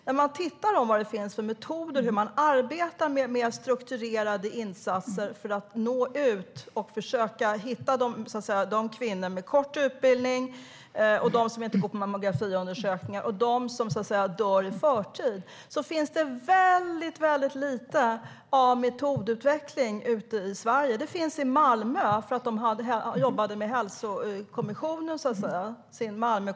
När man tittar på vad det finns för metoder och hur man arbetar med strukturerade insatser för att nå ut och försöka hitta de kvinnor som har kort utbildning, som inte går på mammografiundersökningar och som dör i förtid ser man att det finns väldigt lite metodutveckling i Sverige. Det finns i Malmö, därför att de jobbade med Malmökommissionen där.